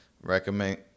Recommend